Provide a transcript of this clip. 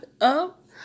up